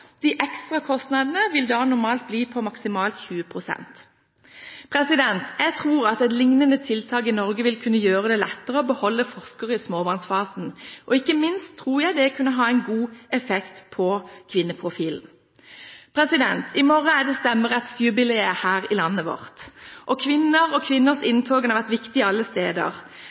De ekstra kostnadene vil da normalt bli på maksimalt 20 pst. Jeg tror at et lignende tiltak i Norge vil kunne gjøre det lettere å beholde forskere i småbarnsfasen, og ikke minst tror jeg det vil kunne ha en god effekt på kvinneprofilen. I morgen er det Stemmerettsjubileet her i landet vårt, og kvinner og kvinners inntog har vært viktig alle steder.